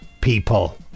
people